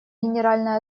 генеральная